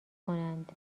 کنند